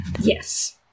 Yes